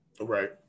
Right